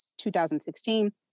2016